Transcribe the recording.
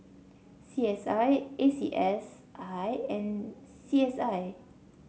C S I A C S I and C S I